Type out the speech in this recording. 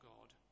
God